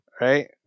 Right